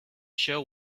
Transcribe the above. show